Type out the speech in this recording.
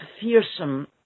fearsome